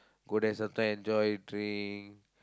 go there sometimes enjoy drink